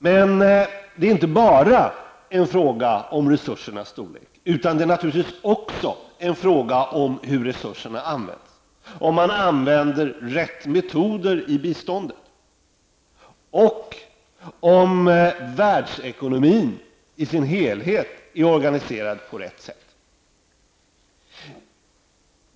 Men det är inte bara en fråga om resursernas storlek, utan naturligtvis också en fråga om hur resurserna används, om man använder rätt metoder i biståndet, om världsekonomin i dess helhet är organiserad på rätt sätt.